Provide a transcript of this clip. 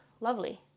lovely